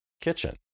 kitchen